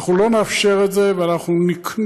אנחנו לא נאפשר את זה, ואנחנו נקנוס.